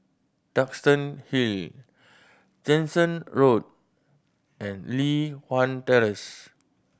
Duxton Hill Jansen Road and Li Hwan Terrace